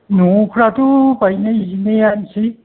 न'फ्राथ' बायनाय जिनायानोसै